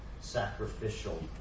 sacrificial